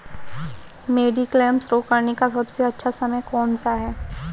Mediclaim शुरू करने का सबसे अच्छा समय कौनसा है?